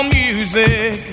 music